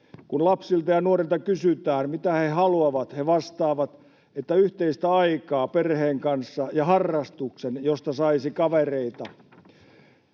Kun lapsilta ja nuorilta kysytään, mitä he haluavat, he vastaavat, että yhteistä aikaa perheen kanssa ja harrastuksen, josta saisi kavereita.